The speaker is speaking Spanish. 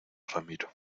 ramiro